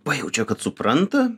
pajaučia kad supranta